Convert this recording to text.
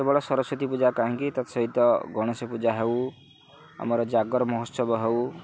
କେବଳ ସରସ୍ଵତୀ ପୂଜା କାହିଁକି ତା ସହିତ ଗଣେଶ ପୂଜା ହେଉ ଆମର ଜାଗର ମହୋତ୍ସବ ହେଉ